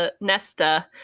Nesta